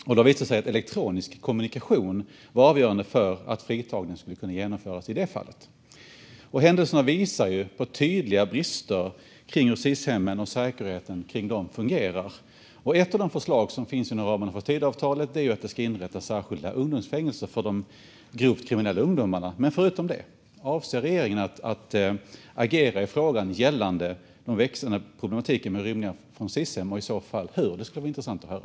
Det har visat sig att elektronisk kommunikation var avgörande för att fritagningen skulle kunna genomföras i det fallet. Händelserna visar på tydliga brister kring hur Sis-hemmen och säkerheten kring dem fungerar. Ett av de förslag som finns inom ramen för Tidöavtalet är att det ska inrättas särskilda ungdomsfängelser för de grovt kriminella ungdomarna. Men förutom det: Avser regeringen att agera i frågan gällande den växande problematiken med rymningar från Sis-hem och i så fall hur? Det skulle vara intressant att höra.